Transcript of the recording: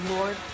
Lord